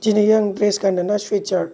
दिनै आं ड्रेस गान्नो ना स्वेट शार्ट